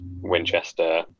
Winchester